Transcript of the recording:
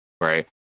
right